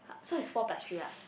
so it's four plus three lah